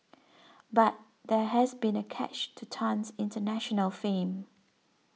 but there has been a catch to Tan's international fame